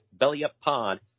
BellyUpPod